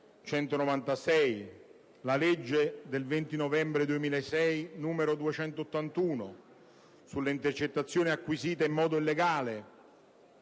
196, alla legge del 20 novembre 2006, n. 281, sulle intercettazioni acquisite in modo illegale,